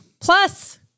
Plus